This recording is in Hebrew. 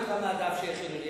אני לא אקרא מהדף שהכינו לי.